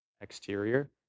exterior